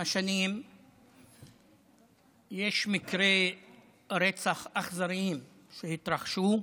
השנים יש מקרי רצח אכזריים שהתרחשו,